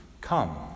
come